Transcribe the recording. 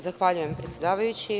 Zahvaljujem, predsedavajući.